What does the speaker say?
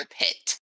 pit